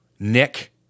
Nick